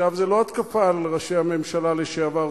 עכשיו זה לא התקפה על ראשי הממשלה לשעבר,